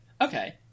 Okay